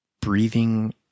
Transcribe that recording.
breathing